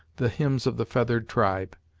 the hymns of the feathered tribe.